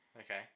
Okay